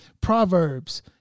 Proverbs